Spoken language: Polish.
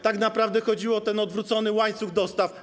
Tak naprawdę chodziło o odwrócony łańcuch dostaw.